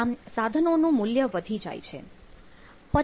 આમ સાધનોનું મૂલ્ય વધી જાય છે